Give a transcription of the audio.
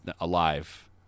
alive